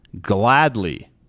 gladly